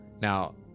Now